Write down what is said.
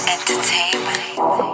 Entertainment